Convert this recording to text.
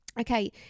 okay